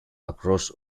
across